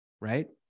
right